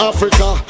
Africa